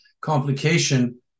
complication